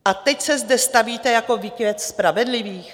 A teď se zde stavíte jako výkvět spravedlivých?